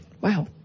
Wow